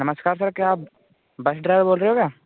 नमस्कार सर क्या आप बस ड्राइवर बोल रहे हो क्या